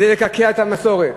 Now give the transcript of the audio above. זה לקעקע את המסורת,